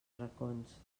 racons